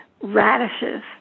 radishes